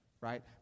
right